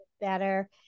better